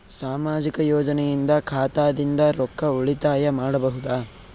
ಸಾಮಾಜಿಕ ಯೋಜನೆಯಿಂದ ಖಾತಾದಿಂದ ರೊಕ್ಕ ಉಳಿತಾಯ ಮಾಡಬಹುದ?